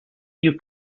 you